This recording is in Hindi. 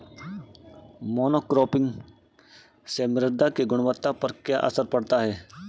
मोनोक्रॉपिंग से मृदा की गुणवत्ता पर क्या असर पड़ता है?